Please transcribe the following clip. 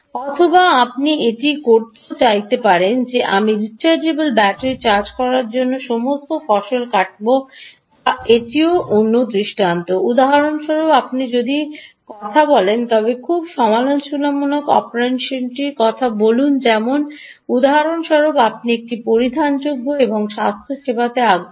অথবা আপনি এটি করতেও চাইতে পারেন যে আমি রিচার্জেবল ব্যাটারি চার্জ করার জন্য সমস্ত ফসল কাটব যা এটিও অন্য দৃষ্টান্ত উদাহরণস্বরূপ আপনি যদি কথা বলছেন তবে খুব সমালোচনামূলক অপারেশনটি বলুন যেমন উদাহরণস্বরূপ আপনি একটি পরিধানযোগ্য এবং স্বাস্থ্যসেবাতে আগ্রহী